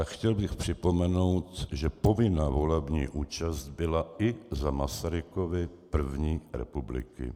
Chtěl bych připomenout, že povinná volební účast byla i za Masarykovy první republiky.